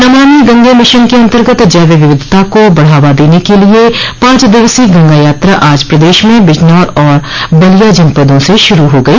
Namami Gange mission के अंतर्गत जैव विविधता को बढ़ावा देने के लिये पांच दिवसीय गंगा यात्रा आज प्रदेश में बिजनौर और बलिया जनपदों से शुरू हो गई